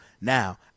Now